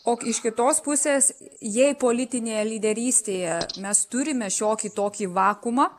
o iš kitos pusės jei politinėje lyderystėje mes turime šiokį tokį vakuumą